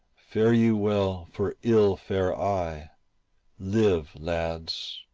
fare you well, for ill fare i live, lads,